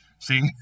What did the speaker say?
See